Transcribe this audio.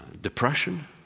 depression